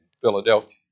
Philadelphia